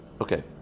Okay